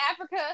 Africa